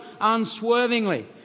unswervingly